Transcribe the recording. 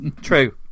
True